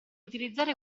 utilizzare